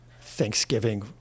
thanksgiving